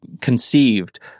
conceived